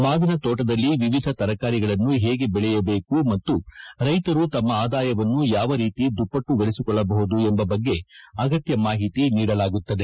ಮಾವಿನ ತೋಟದಲ್ಲಿ ವಿವಿಧ ತರಕಾರಿಗಳನ್ನು ಹೇಗೆ ಬೆಳೆಯಬೇಕು ಮತ್ತು ರೈತರು ತಮ್ಮ ಆದಾಯವನ್ನು ಯಾವ ರೀತಿ ದುಪ್ಪಟ್ಟುಗೊಳಿಸಿಕೊಳ್ಳಬಹುದು ಎಂಬ ಬಗ್ಗೆ ಅಗತ್ಯ ಮಾಹಿತಿ ನೀಡಲಾಗುತ್ತದೆ